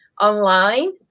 online